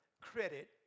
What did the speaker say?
credit